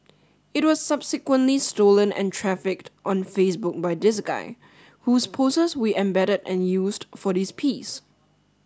it was subsequently stolen and trafficked on Facebook by this guy whose poses we embedded and used for this piece